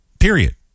period